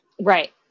Right